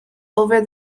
over